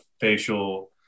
facial